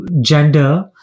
gender